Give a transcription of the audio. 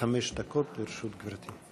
עד חמש דקות לרשות גברתי.